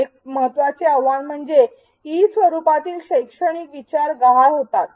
एक महत्त्वाचे आव्हान म्हणजे ई स्वरूपातही शैक्षणिक विचार गहाळ होतात